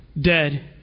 Dead